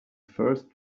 first